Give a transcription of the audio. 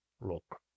Look